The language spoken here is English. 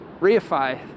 reify